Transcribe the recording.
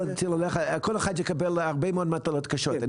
כל אחד יקבל הרבה מאוד מטלות קשות.